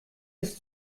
ist